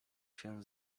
się